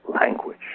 language